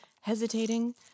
Hesitating